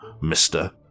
mister